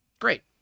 Great